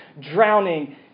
drowning